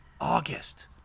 August